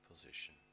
position